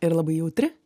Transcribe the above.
ir labai jautri